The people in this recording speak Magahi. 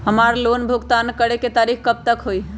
हमार लोन भुगतान करे के तारीख कब तक के हई?